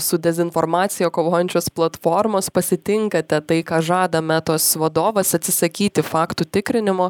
su dezinformacija kovojančios platformos pasitinkate tai ką žada metos vadovas atsisakyti faktų tikrinimo